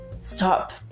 stop